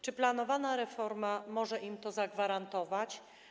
Czy planowana reforma może im to zagwarantować?